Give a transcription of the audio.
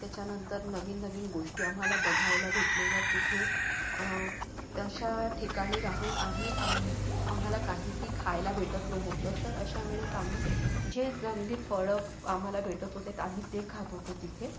त्याच्यानंतर नवीन नवीन गोष्टी आम्हाला बघायला भेटलेल्या तिथे तशा ठिकाणी राहून आम्ही आम् आम्हाला काहीही खायला भेटत नव्हतं तर अशा वेळेस आम्ही जे जंगली फळं फ् आम्हाला भेटत होते तर आम्ही ते खात होतो तिथे